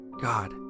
God